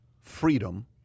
freedom